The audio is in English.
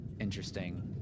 interesting